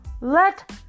Let